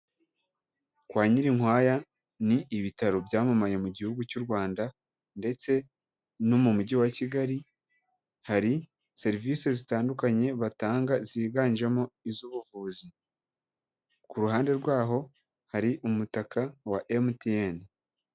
Kwa Nyirinkwaya ni ibitaro byamamaye mu gihugu cy'u Rwanda ndetse no mu mujyi wa Kigali hari serivisi zitandukanye batanga ziganjemo iz'ubuvuzi kuruhande rwaho hari umutaka wa emutiyeni.